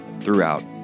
throughout